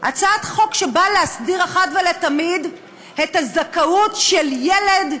הצעת חוק שבאה להסדיר אחת ולתמיד את הזכאות של ילד,